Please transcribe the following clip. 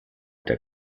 der